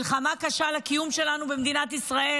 מלחמה קשה על הקיום שלנו במדינת ישראל,